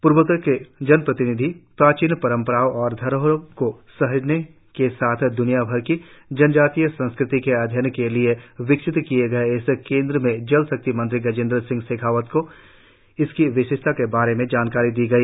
पूर्वोत्तर की जनप्रतिनिधि प्राचीन परंपरा और धरोहर को सहेजने के साथ द्रनियाभर की जनजातीय संस्कृति के अध्ययन के लिए विकसित किए गए इस केंद्र में जल शक्ति मंत्री गजेंद्र सिंह शेखावत को इसकी विशेषता के बारे मेँ जानकारी दी गई